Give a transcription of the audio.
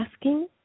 asking